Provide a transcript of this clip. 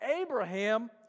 Abraham